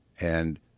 And-